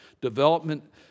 development